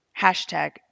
Hashtag